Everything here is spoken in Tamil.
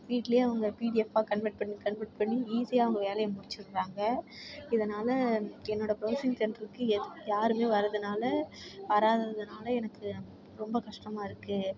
வீட்லயே அவங்க பீடிஎஃப்பா கன்வர்ட் பண்ணி கன்வர்ட் பண்ணி ஈஸியா அவங்க வேலைய முடிச்சிடுறாங்க இதனால் என்னோட ப்ரௌசிங் சென்ட்ருக்கு யாருமே வரதுனால் வராததுனால எனக்கு ரொம்ப கஷ்டமாக இருக்குது